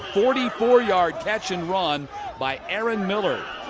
forty four yard catch and run by aaron miller.